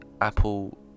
Apple